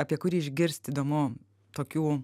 apie kurį išgirst įdomu tokių